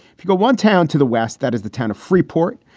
if you go one town to the west, that is the town of freeport,